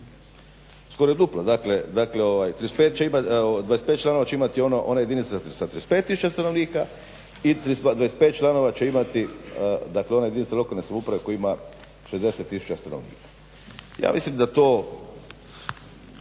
skoro je duplo, dakle 25 članova će imati ona jedinica sa 35 tisuća stanovnika i 25 članova će imati dakle ona jedinica lokalne samouprave koja ima 60 tisuća stanovnika. Ja mislim da to,